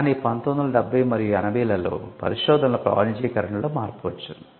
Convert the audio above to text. కానీ 1970 మరియు 80 లలో పరిశోధనల వాణిజ్యీకరణలో మార్పు వచ్చింది